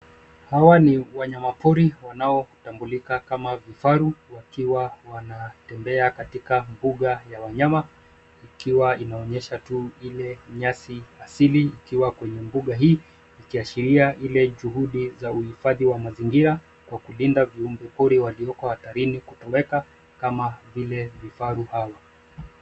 Hawa ni wanyamapori wanaotambulika kama vifaru wakiwa wanatembea katika mbuga ya wanyama ikiwa inaonyesha tu ile nyasi asili ikiwa kwenye mbuga hii ikiashiria ile juhudi za uhifadhi wa mazingira kwa kulinda viumbe walioko hatarini kutoweka kama vile vifaru hawa.